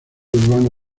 urbano